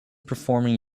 performing